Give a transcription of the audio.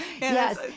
Yes